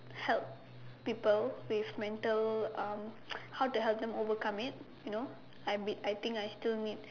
help people with mental um how to help them overcome it you know I be I think I still need